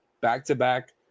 back-to-back